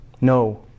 No